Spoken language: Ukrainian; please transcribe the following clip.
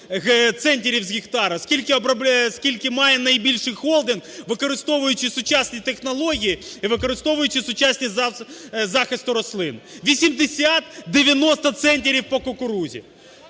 центнерів з гектару, скільки має найбільший холдинг, використовуючи сучасні технології і використовуючи сучасні захисти рослин – 80-90 центнерів по кукурудзі.